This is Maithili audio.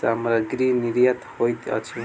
सामग्री निर्यात होइत अछि